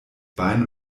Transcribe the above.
bein